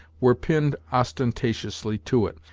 were pinned ostentatiously to it,